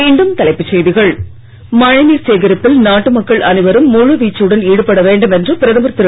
மீண்டும் தலைப்புச் செய்திகள் மழைநீர் சேகரிப்பில் நாட்டு மக்கள் அனைவரும் முழு வீச்சுடன் ஈடுபட வேண்டும் என்று பிரதமர் திரு